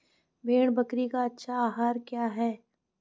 भेड़ बकरी का अच्छा आहार क्या है?